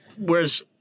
whereas